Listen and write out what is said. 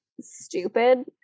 stupid